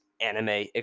anime